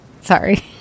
Sorry